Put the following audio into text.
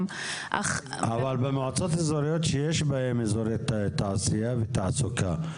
--- אבל במועצות אזוריות שיש בהן אזורי תעשייה ותעסוקה,